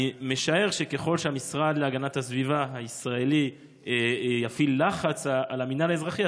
אני משער שככל שהמשרד להגנת הסביבה הישראלי יפעיל לחץ על המינהל האזרחי,